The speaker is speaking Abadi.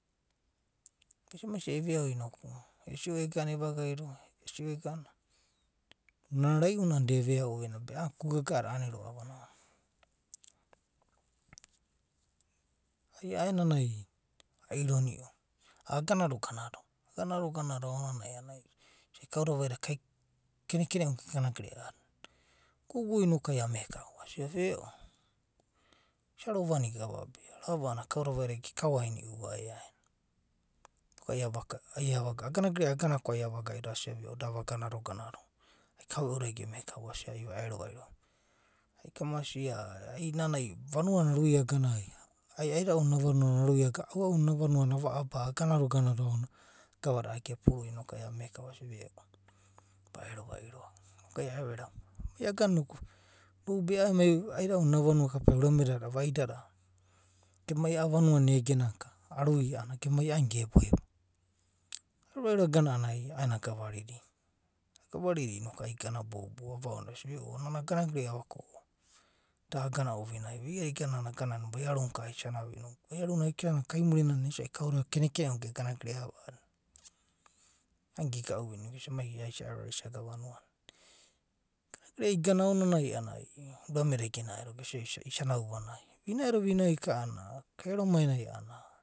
Maisai maisai eveau noku ai esio egana evagaido esio agana, na rai’una a’anana da eveau ovinai be a’anana kuku gaga’a de a’ani roa’va ounanai. Ai a’anana eironiu agana do gana do, agana do gana do aonanai is’ai kauda vaida. Kenekene’u nai gegana gerea a’adina. Ogogu noku ai amekau esia veo isa rovaniga be aomai a’anana kauda vaida ge kao ainiuva eaena noku ai ava gai agana gerea agana ko ai ava gaidono asia veo da vagana do gana do ai kau’u da a gemekau asia ai vaero vairo. Ai kamasia ai inana aruia agana ai, aida’una ena vanua na aruie ai aua’una ena vanua na aruia ai aua’una ena vanua na ai ava aba’a agando gano do aonanai koada a’adada gepuru noku ai amekau asia veo, v aero vaiso noku ai aeroviro amai, noube aida’una ena vanua kapea da ura me dada vaidada, gemai a’a vanuna egenaka aru’ia anana gemai geboebo. Aerovairo agana a’anana ai a’aenanai agava ridia, agavaridia noka ai igana boubou, ava onodia asia veo, nana agana gerea va ko da agana ovinaiva. Ia’adina agana va a’anana vaiaruna ka aisania va, maiaruna aisania va a’anana vaiarune ka aisania va. maiaruna aisania va kaimurinanal, ai kauda kenekene unai geganagerea va a’adina. A’anana ai gegau venia. Mai isaero vanuana igana aonanai a’anana ai urame da genaedo. gesia ai isa nau uanai. Viaui uanai ika a’anana kaiaromai nai a’anana.